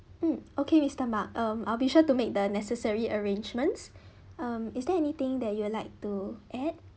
mm okay mister mark um I'll be sure to make the necessary arrangements um is there anything that you would like to add